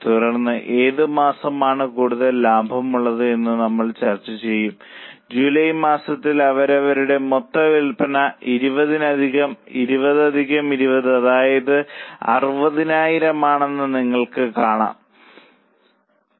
തുടർന്ന് ഏത് മാസമാണ് കൂടുതൽ ലാഭമുള്ളതെന്ന് നമ്മൾ ചർച്ച ചെയ്യും ജൂലൈ മാസത്തിൽ അവരുടെ മൊത്തം വിൽപ്പന 20 അധികം 20 അധികം20 അതായത് 60000 ആണെന്ന് നിങ്ങൾക്ക് കാണാൻ കഴിയും